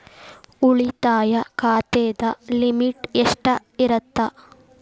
ಉಳಿತಾಯ ಖಾತೆದ ಲಿಮಿಟ್ ಎಷ್ಟ ಇರತ್ತ?